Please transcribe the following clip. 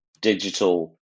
digital